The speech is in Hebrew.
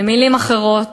במילים אחרות,